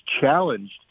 challenged